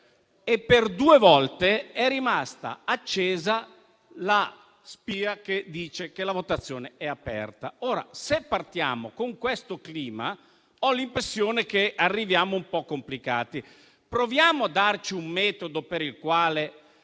e per due volte è rimasta accesa la spia che segnala che la votazione è aperta. Se partiamo con questo clima, ho l'impressione che arriveremo in modo un po' complicato. Proviamo a darci un metodo per il quale,